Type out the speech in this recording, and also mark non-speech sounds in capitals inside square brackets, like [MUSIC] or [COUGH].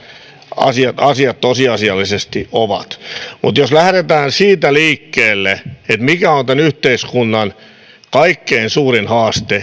asiat asiat tosiasiallisesti ovat mutta jos lähdetään siitä liikkeelle mikä on tämän yhteiskunnan kaikkein suurin haaste [UNINTELLIGIBLE]